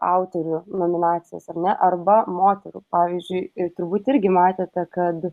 autorių nominacijos ar ne arba moterų pavyzdžiui ir turbūt irgi matėte kad